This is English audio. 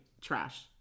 Trash